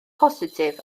positif